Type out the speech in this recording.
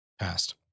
passed